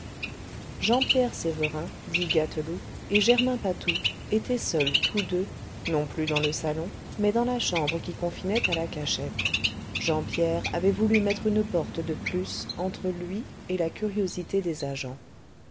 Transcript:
jean pierre sévérin dit gâteloup et germain patou étaient seuls tous deux non plus dans le salon mais dans la chambre qui confinait à la cachette jean pierre avait voulu mettre une porte de plus entre lui et la curiosité des agents